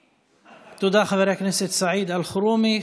תודה, חבר הכנסת סעיד אלחרומי.